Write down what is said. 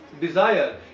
desire